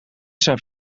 zijn